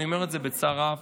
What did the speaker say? אני אומר את זה בצער רב,